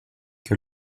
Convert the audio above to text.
que